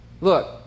Look